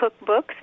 cookbooks